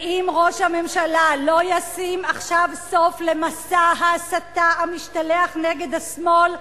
ואם ראש הממשלה לא ישים עכשיו סוף למסע ההסתה המשתלח נגד השמאל,